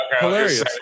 Hilarious